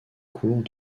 cours